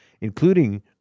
including